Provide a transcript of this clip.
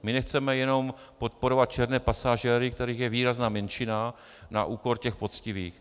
My jenom nechceme podporovat černé pasažéry, kterých je výrazná menšina, na úkor těch poctivých.